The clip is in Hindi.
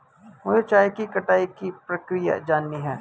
मुझे चाय की कटाई की प्रक्रिया जाननी है